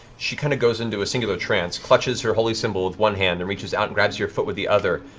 she kind of goes into a singular trance, clutches her holy symbol with one hand, and reaches out and grabs your foot with the other.